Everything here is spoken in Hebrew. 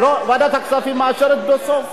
ועדת הכספים מאשרת בסוף.